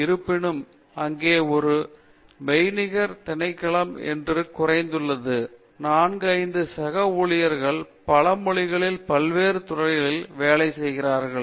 இருப்பினும் அங்கே ஒரு மெய்நிகர் திணைக்களம் என்று குறைந்தது 4 5 சக ஊழியர்கள் பல மொழிகளில் பல்வேறு துறைகளில் வேலை செய்கிறார்கள்